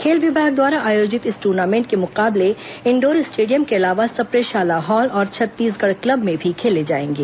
खेल विभाग द्वारा आयोजित इस टूर्नामेंट के मुकाबले इंडोर स्टेडियम के अलावा सप्रे शाला हॉल और छत्तीसगढ़ क्लब में भी खेले जाएंगे